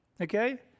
Okay